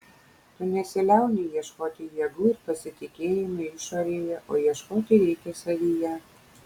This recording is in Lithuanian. tu nesiliauni ieškoti jėgų ir pasitikėjimo išorėje o ieškoti reikia savyje